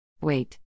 Wait